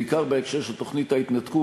בעיקר בהקשר של תוכנית ההתנתקות,